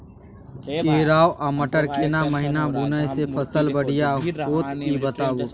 केराव आ मटर केना महिना बुनय से फसल बढ़िया होत ई बताबू?